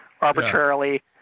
arbitrarily